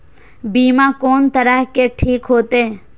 बीमा कोन तरह के ठीक होते?